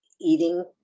eating